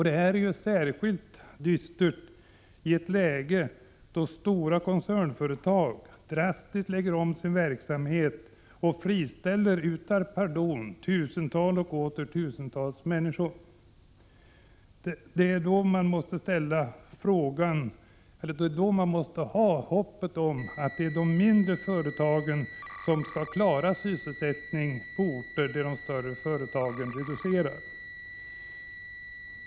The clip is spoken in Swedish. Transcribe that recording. Detta är särskilt dystert i ett läge där stora koncernföretag drastiskt lägger om sin verksamhet och utan pardon friställer tusentals och åter tusentals människor. Det är då man måste hoppas att det är de mindre företagen som skall klara sysselsättningen på orter där de större företagen reducerar sin verksamhet.